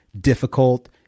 difficult